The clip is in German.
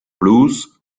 blues